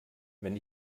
wenn